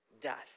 death